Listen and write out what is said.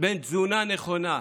בין תזונה נכונה,